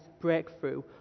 breakthrough